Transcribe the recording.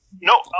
No